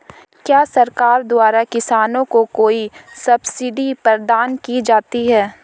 क्या सरकार द्वारा किसानों को कोई सब्सिडी प्रदान की जाती है?